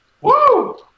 Woo